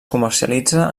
comercialitza